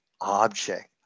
object